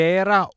era